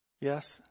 Yes